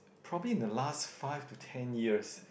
probably in the last five to ten years